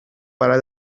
para